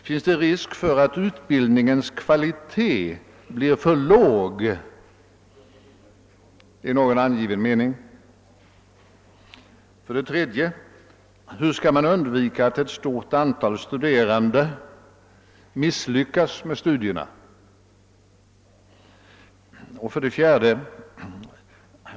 Finns det risk för att utbildningen kvalitativt blir för låg i någon angiven mening? 3. Hur skall man undvika att ett stort antal studerande misslyckas med studierna? 4.